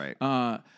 right